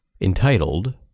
entitled